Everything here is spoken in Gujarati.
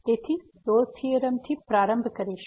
તેથી રોલ્સRolle's થીયોરમ થી પ્રારંભ કરીશું